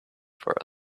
for